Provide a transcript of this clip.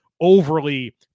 overly